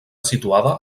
situada